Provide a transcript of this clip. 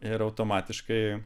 ir automatiškai